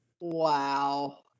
Wow